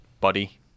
buddy